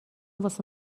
واسه